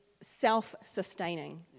self-sustaining